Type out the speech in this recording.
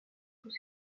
tous